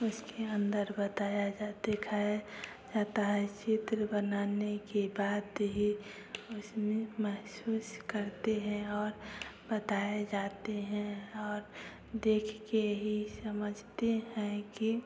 उसके अंदर बताया जा दिखाया जाता है चित्र बनाने के बाद ही उसमें महसूस करते हैं और बताए जाते हैं और देख के ही समझते हैं कि